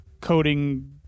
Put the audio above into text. coding